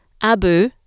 Abu